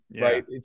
right